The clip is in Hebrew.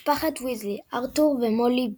משפחת ויזלי ארתור ומולי,